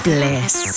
Bliss